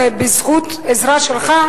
בזכות העזרה שלך,